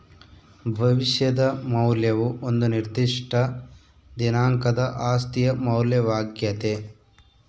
ಭವಿಷ್ಯದ ಮೌಲ್ಯವು ಒಂದು ನಿರ್ದಿಷ್ಟ ದಿನಾಂಕದ ಆಸ್ತಿಯ ಮೌಲ್ಯವಾಗ್ಯತೆ